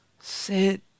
sit